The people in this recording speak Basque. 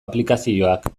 aplikazioak